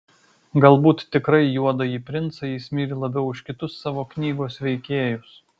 galbūt tikrai juodąjį princą jis myli labiau už kitus savo knygos veikėjus